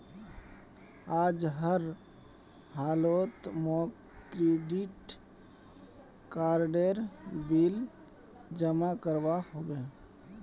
आज हर हालौत मौक क्रेडिट कार्डेर बिल जमा करवा होबे